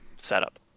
setup